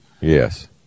Yes